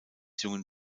jungen